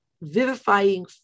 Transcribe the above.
vivifying